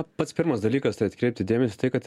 pats pirmas dalykas tai atkreipti dėmesį į tai kad